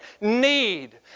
need